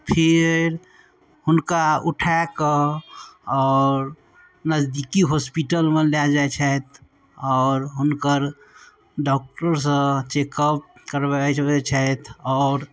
फिर हुनका उठाकऽ आओर नजदीकी हॉस्पिटलमे लए जाइ छथि आओर हुनकर डॉक्टरसँ चेकअप करबाबै छथि आओर